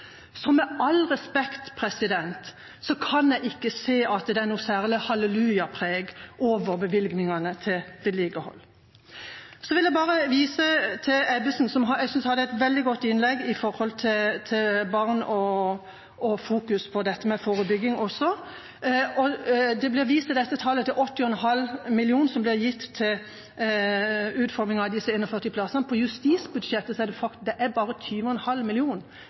med all respekt, ikke se at det er noe særlig hallelujapreg over bevilgningene til vedlikehold. Så vil jeg bare vise til Ebbesen, som jeg synes hadde et veldig godt innlegg om barn og om fokusering på forebygging. Det ble vist til tallet 80,5 mill. kr, som blir bevilget til utforminga av disse 41 plassene. På justisbudsjettet er det bare 20,5 mill. kr. Resten av pengene kommer fra andre budsjetter. Det er